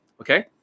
okay